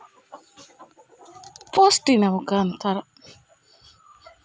ಕೃಷಿ ಇಲಾಖೆಯು ಕೃಷಿಯ ವಿಷಯವನ್ನು ರೈತರಿಗೆ ಹೇಗೆ ಮುಟ್ಟಿಸ್ತದೆ?